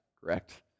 correct